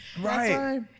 Right